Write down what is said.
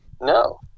No